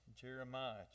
Jeremiah